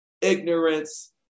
ignorance